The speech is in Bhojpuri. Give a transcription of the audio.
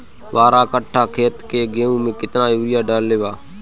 बारह कट्ठा खेत के गेहूं में केतना यूरिया देवल जा?